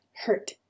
hurt